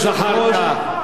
בהסכם הקואליציוני לא קיימים.